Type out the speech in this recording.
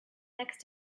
next